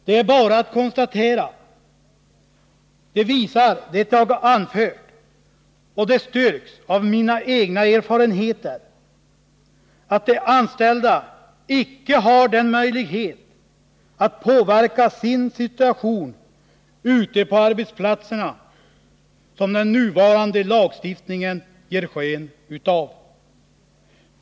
Det är bara att konstatera — det visar det som jag har anfört och det styrks också av mina egna erfarenheter — att de anställda icke har den möjlighet att påverka sin situation ute på arbetsplatserna som den nuvarande lagstiftningen gör sken av.